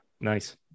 Nice